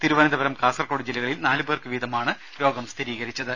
തിരുവനന്തപുരം കാസർകോട് ജില്ലകളിൽ നാല് പേർക്ക് വീതമാണ് രോഗം സ്ഥിരീകരിച്ചത്